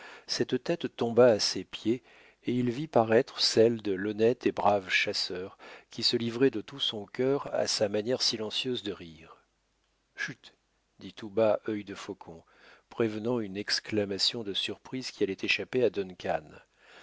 cette tête tomba à ses pieds et il vit paraître celle de l'honnête et brave chasseur qui se livrait de tout son cœur à sa manière silencieuse de rire chut dit tout bas œil de faucon prévenant une exclamation de surprise qui allait échapper à